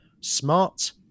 Smart